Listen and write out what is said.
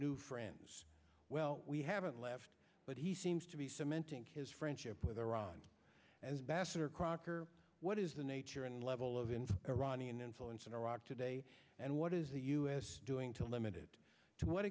new friends well we haven't left but he seems to be cementing his friendship with iran as bassett or crocker what is the nature and level of in iranian influence in iraq today and what is the u s doing to limited to what